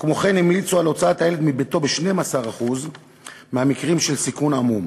וכמו כן המליצו על הוצאת הילד מביתו ב-12% מהמקרים של סיכון עמום.